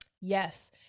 Yes